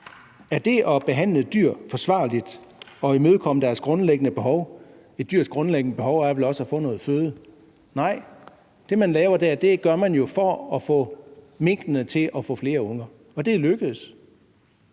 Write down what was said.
Er det at behandle dyr forsvarligt og imødekomme deres grundlæggende behov, når et dyrs grundlæggende behov vel også er at få noget føde? Nej. Det, man laver der, gør man jo for at få minkene til at få flere unger, og det er lykkedes.